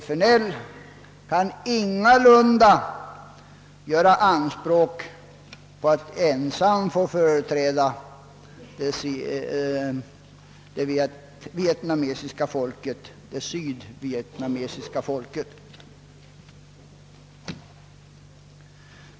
FNL kan ingalunda göra anspråk på att ensam få företräda det sydvietnamesiska folket.